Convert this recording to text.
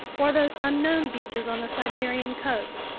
or those unknown beaches on the siberian coast?